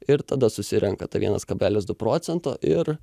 ir tada susirenka tą vienas kablelis du procento ir